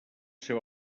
seu